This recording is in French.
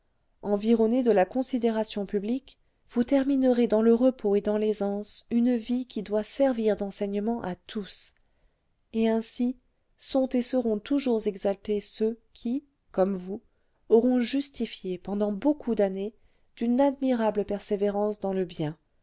environné de la considération publique vous terminerez dans le repos et dans l'aisance une vie qui doit servir d'enseignement à tous et ainsi sont et seront toujours exaltés ceux qui comme vous auront justifié perdant beaucoup d'années d'une admirable persévérance dans le bien